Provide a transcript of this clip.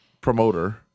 promoter